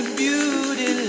beauty